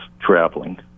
traveling